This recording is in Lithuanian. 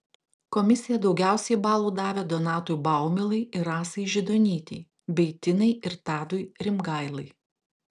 komisija daugiausiai balų davė donatui baumilai ir rasai židonytei bei tinai ir tadui rimgailai